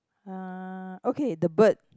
uh okay the bird